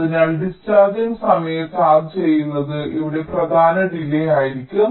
അതിനാൽ ഡിസ്ചാർജിംഗ് സമയം ചാർജ് ചെയ്യുന്നത് ഇവിടെ പ്രധാന ഡിലേയ് ആയിരിക്കും